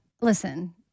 listen